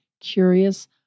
curious